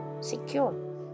secure